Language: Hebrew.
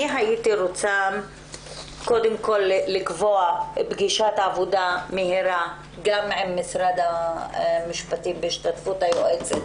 הייתי רוצה לקבוע פגישת עבודה מהירה גם עם משרד המשפטים בהשתתפות היועצת